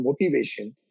motivation